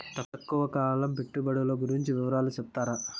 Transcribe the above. తక్కువ కాలం పెట్టుబడులు గురించి వివరాలు సెప్తారా?